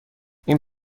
این